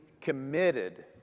committed